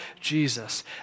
Jesus